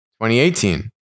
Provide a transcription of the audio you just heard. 2018